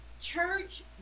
church